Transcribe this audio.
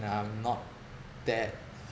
when I'm not that